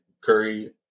Curry